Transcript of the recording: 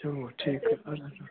जुमो ठीकु आहे हले